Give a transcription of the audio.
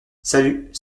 salut